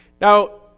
Now